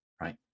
Right